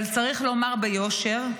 אבל צריך לומר ביושר: